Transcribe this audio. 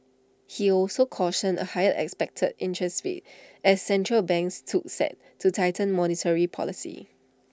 he also cautioned of higher expected interest rates as central banks took set to tighten monetary policy